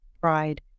pride